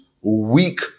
weak